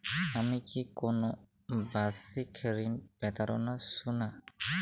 আমি কি কোন বাষিক ঋন পেতরাশুনা?